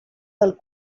del